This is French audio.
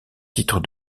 titre